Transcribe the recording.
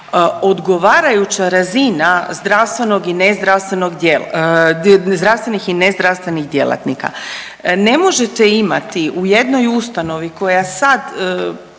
djel…, zdravstvenih i nezdravstvenih djelatnika. Ne možete imati u jednoj ustanovi, koja sad